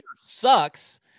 sucks